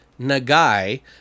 nagai